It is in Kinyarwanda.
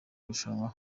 irushanwa